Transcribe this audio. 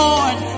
Lord